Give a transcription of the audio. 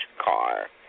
car